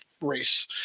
race